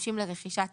לפי סעיפים 9יט